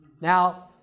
Now